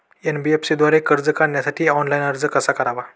NBFC द्वारे कर्ज काढण्यासाठी ऑनलाइन अर्ज कसा करावा?